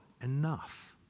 enough